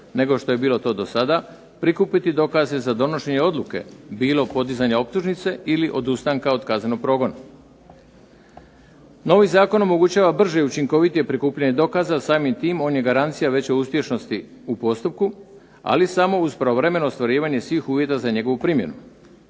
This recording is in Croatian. nego šta je bilo to do sada, prikupiti dokaze za donošenje odluke, bilo podizanja optužnice, ili od ustanka od kaznenog progona. Novi zakon omogućava brže i učinkovitije prikupljanje dokaza samim tim on je garancija veće uspješnosti u postupku ali samo uz pravovremeno ostvarivanje svih uvjeta za njegovu primjenu.